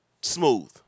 Smooth